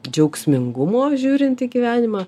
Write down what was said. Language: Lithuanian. džiaugsmingumo žiūrint į gyvenimą